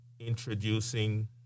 introducing